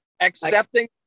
accepting